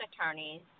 attorneys